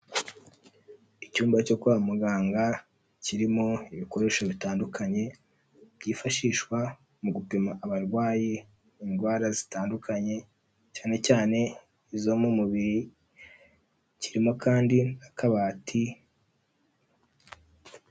Icyumba cyo kwa muganga kirimo ibikoresho bitandukanye byifashishwa mu gupima abarwayi indwara zitandukanye, cyane cyane izo mu mubiri kirimo kandi akabati.